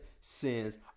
sins